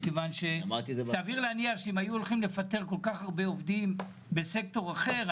מכיוון שסביר להניח שאם היו הולכים לפטר כל כך הרבה עובדים בסקטור אחר,